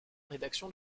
rédaction